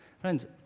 Friends